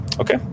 Okay